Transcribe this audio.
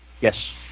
Yes